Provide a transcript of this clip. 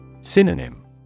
Synonym